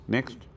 Next